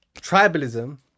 Tribalism